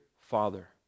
Father